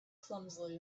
clumsily